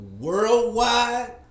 Worldwide